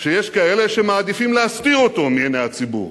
שיש כאלה שמעדיפים להסתיר אותו מעיני הציבור,